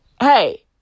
hey